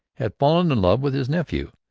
had fallen in love with his nephew,